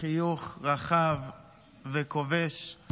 חיוך רחב וכובש,